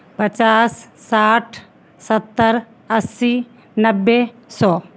पचास साठ सत्तर अस्सी नब्बे सौ